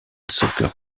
soccer